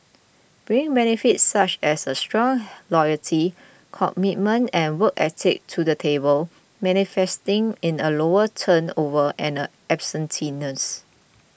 bring benefits such as strong loyalty commitment and work ethic to the table manifesting in a lower turnover and absenteeism